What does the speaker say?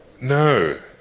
No